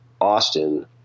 Austin